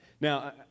Now